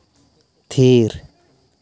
ᱛᱷᱤᱨ